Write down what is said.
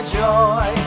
joy